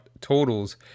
totals